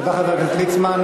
תודה, חבר הכנסת ליצמן.